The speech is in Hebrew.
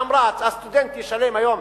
שאמרו: הסטודנט ישלם היום